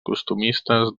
costumistes